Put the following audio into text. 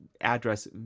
address